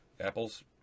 apple's